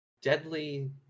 deadly